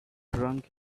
drunk